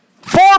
Four